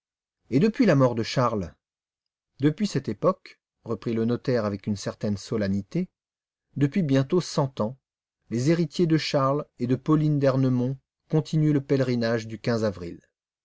et depuis la mort de charles depuis cette époque reprit le notaire avec une certaine solennité depuis bientôt cent ans les héritiers de charles et de pauline d'ernemont continuent le pèlerinage le quinze avril